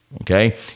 Okay